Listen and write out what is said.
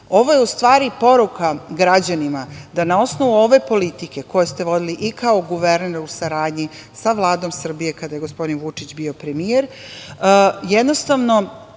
je u stvari poruka građanima da na osnovu ove politike koju ste vodili i kao guverner u saradnji sa Vladom Srbije kada je gospodin Vučić bio premijer, jednostavno